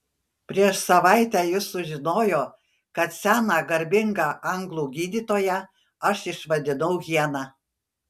prieš savaitę jis sužinojo kad seną garbingą anglų gydytoją aš išvadinau hiena